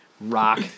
rock